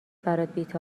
برات